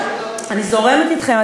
אני זורמת אתכם.